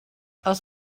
els